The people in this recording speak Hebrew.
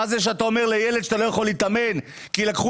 מה זה שאתה אומר לילד שהוא לא יכול להתאמן כי לקחו